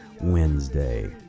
Wednesday